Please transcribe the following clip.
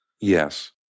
Yes